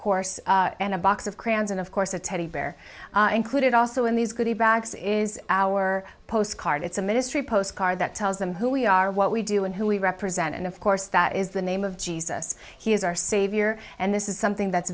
course and a box of crayons and of course a teddy bear included also in these goody bags is our postcard it's a ministry postcard that tells them who we are what we do and who we represent and of course that is the name of jesus he is our savior and this is something that's